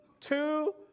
two